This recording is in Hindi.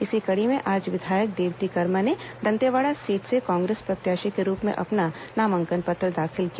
इसी कड़ी में आज विधायक देवती कर्मा ने दंतेवाड़ा सीट से कांग्रेस प्रत्याशी के रूप में अपना नामांकन पत्र दाखिल किया